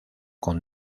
con